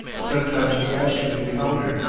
sometimes rashly encountered,